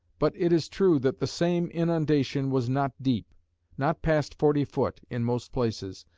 but it is true that the same inundation was not deep not past forty foot, in most places,